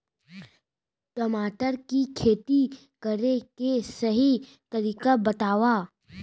टमाटर की खेती करे के सही तरीका बतावा?